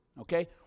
Okay